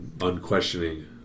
unquestioning